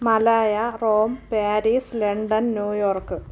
Malaya Rome Paris London New York